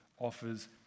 offers